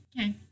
Okay